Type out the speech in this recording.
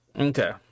Okay